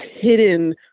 hidden